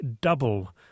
double